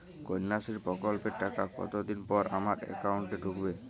কন্যাশ্রী প্রকল্পের টাকা কতদিন পর আমার অ্যাকাউন্ট এ ঢুকবে?